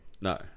No